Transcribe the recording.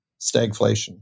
stagflation